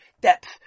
depth